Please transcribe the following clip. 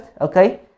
Okay